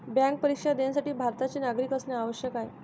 bank परीक्षा देण्यासाठी भारताचे नागरिक असणे आवश्यक आहे